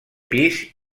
pis